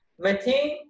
Mateen